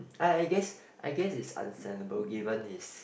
I I guess I guess it's understandable given it's